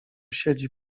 siedzi